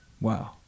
Wow